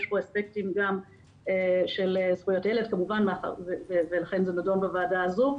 יש פה אספקטים גם של זכויות הילד ולכן זה נדון בוועדה הזו,